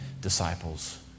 disciples